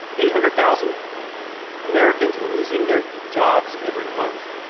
eight hundred thousand americans were losing their jobs every month.